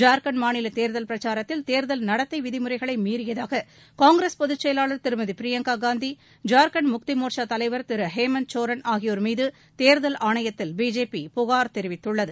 ஜார்க்கண்ட் மாநில தேர்தல் பிரச்சாரத்தில் தேர்தல் நடத்தை விதிமுறைகளை மீறியதாக காங்கிரஸ் பொதுச்செயலாள் திருமதி பிரியங்கா காந்தி ஜார்க்கண்ட் முக்தி மோர்ச்சா தலைவர் திரு ஹேமந்த் சோரன் ஆகியோ் மீது தேர்தல் ஆணையத்தில் பிஜேபி புகா் தெரிவித்துள்ளது